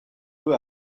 peu